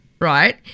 right